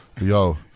Yo